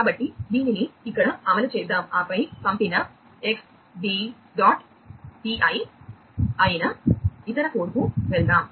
కాబట్టి దీనిని ఇక్కడ అమలు చేద్దాం ఆపై పంపిన x b dot pi అయిన ఇతర కోడ్కు వెళ్దాం